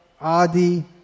Adi